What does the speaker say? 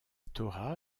torah